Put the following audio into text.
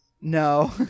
No